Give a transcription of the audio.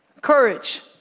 courage